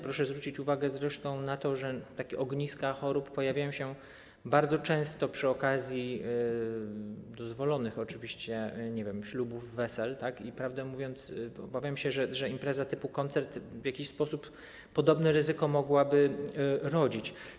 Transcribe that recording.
Proszę zwrócić uwagę zresztą na to, że ogniska chorób pojawiają się bardzo często przy okazji, dozwolonych oczywiście, nie wiem, ślubów, wesel, i prawdę mówiąc, obawiam się, że impreza typu koncert w jakiś sposób podobne ryzyko mogłaby rodzić.